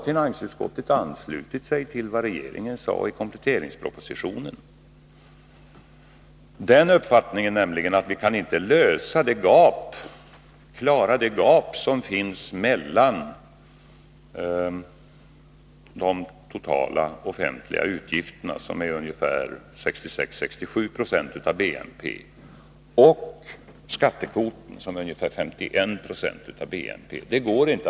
Finansutskottet har anslutit sig till vad regeringen anförde i kompletteringspropositionen, nämligen att vi inte genom skattehöjningar kan överbrygga det gap som finns mellan de totala offentliga utgifterna, som är ungefär 66-67 20 av BNP, och skattekvoten, som är ungefär 51 26 av BNP.